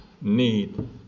need